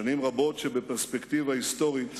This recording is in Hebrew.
שנים רבות שבפרספקטיבה היסטורית